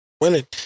winning